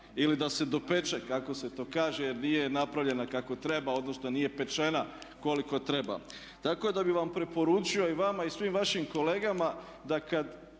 ili da se dopeče kako se to kaže jer nije napravljena kako treba, odnosno nije pečena koliko treba. Tako da bih vam preporučio i vama i svim vašim kolegama da kada